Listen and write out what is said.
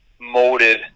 molded